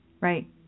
right